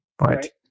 right